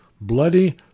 bloody